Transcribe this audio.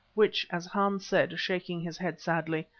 which, as hans said, shaking his head sadly,